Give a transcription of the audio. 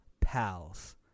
pals